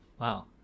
Wow